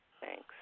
Thanks